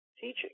teaching